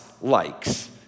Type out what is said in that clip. likes